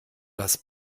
das